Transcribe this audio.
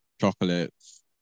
chocolates